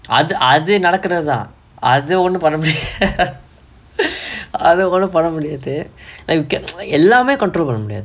அது அது நடக்குரதா அது ஒன்னும் பண்ண முடியாது:athu athu nadakuratha athu onnum panna mudiyaathu அத ஒன்னு பண்ண முடியாது:atha onnum panna mudiyaathu I will get lah எல்லாமே:ellaamae control கு கொண்டுவர முடியாது:ku konduvara mudiyaathu